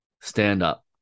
stand-up